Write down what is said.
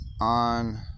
On